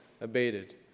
abated